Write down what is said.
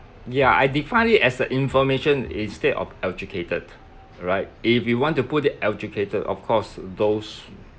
ya I define it as a information instead of educated right if you want to put it educated of course those